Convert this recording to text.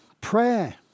prayer